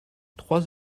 trois